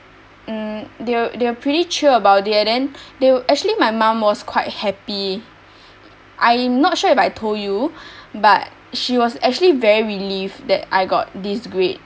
mm they were they were pretty chill about it and then they were actually my mum was quite happy I'm not sure if I told you but she was actually very relieved that I got this grade